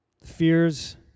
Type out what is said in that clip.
Fears